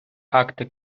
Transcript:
акти